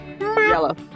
Yellow